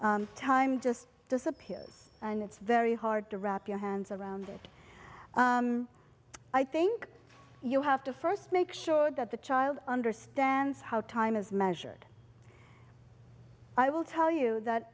g time just disappears and it's very hard to wrap your hands around that i think you have to first make sure that the child understands how time is measured i will tell you that